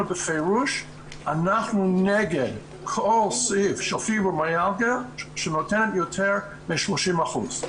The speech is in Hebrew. בפירוש 'אנחנו נגד כל סעיף של פיברומיאלגיה שנותן יותר מ-30%'.